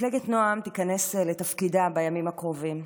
מפלגת נעם תיכנס לתפקידה בימים הקרובים.